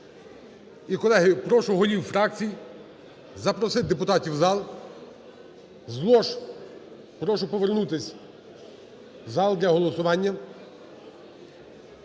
І, колеги, прошу голів фракцій запросити депутатів в зал. З лож прошу повернутися в зал для голосування.